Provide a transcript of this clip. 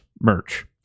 merch